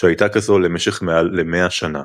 שהייתה כזו למשך מעל למאה שנה.